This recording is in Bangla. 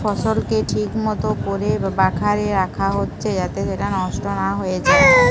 ফসলকে ঠিক মতো কোরে বাখারে রাখা হচ্ছে যাতে সেটা নষ্ট না হয়ে যায়